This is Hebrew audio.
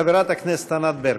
חברת הכנסת ענת ברקו.